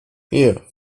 hier